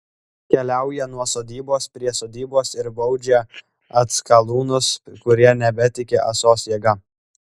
keliauja nuo sodybos prie sodybos ir baudžia atskalūnus kurie nebetiki ąsos jėga